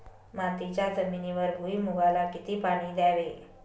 मातीच्या जमिनीवर भुईमूगाला किती पाणी द्यावे?